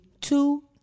two